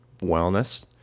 wellness